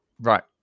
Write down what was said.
Right